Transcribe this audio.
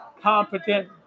competent